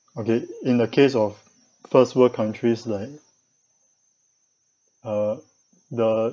okay in the case of first world countries like uh the